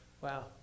wow